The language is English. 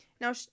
Now